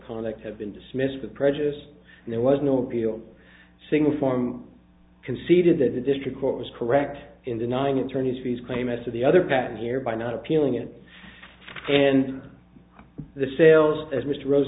conduct have been dismissed with prejudice and there was no appeal single form conceded that the district court was correct in the nine attorney's fees claim as to the other patent here by not appealing it and the sales as mr rose